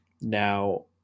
Now